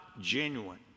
genuine